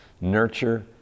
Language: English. Nurture